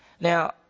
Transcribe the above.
Now